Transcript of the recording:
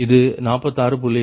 இது 46